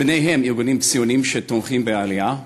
ביניהם ארגונים ציוניים שתומכים בעלייה,